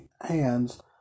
hands